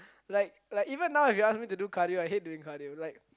like like even now if you ask me to do cardio I hate doing cardio like